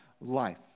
life